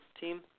Team